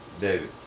David